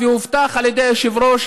והובטח על ידי היושב-ראש,